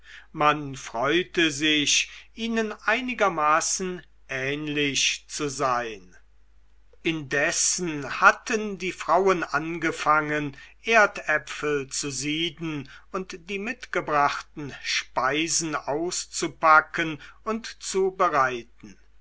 man freute sich ihnen einigermaßen ähnlich zu sein indessen hatten die frauen angefangen erdäpfel zu sieden und die mitgebrachten speisen auszupacken und